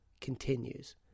continues